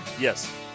Yes